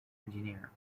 engineer